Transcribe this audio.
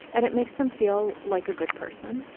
and it makes them feel like a good person.